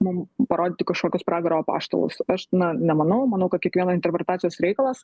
mum parodyti kažkokius pragaro apaštalus aš na nemanau manau kad kiekvieno interpretacijos reikalas